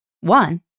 One